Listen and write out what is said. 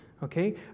Okay